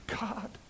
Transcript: God